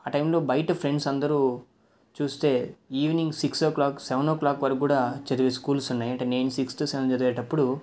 ఆ టైములో బయట ఫ్రెండ్స్ అందరూ చూస్తే evening six o'clock seven o'clock వరకు కూడా చదివే స్కూల్స్ ఉన్నాయి అంటే నేను సిక్స్త్ సెవెన్త్ చదివేటప్పుడు